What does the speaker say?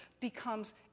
becomes